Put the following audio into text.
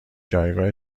جایگاه